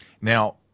Now